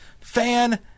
fan